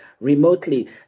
remotely